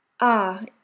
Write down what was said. Ah